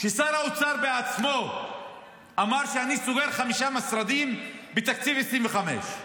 ושר האוצר בעצמו אמר: אני סוגר חמישה משרדים בתקציב 2025,